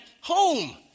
home